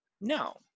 no